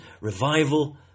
revival